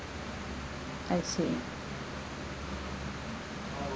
I see